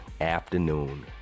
afternoon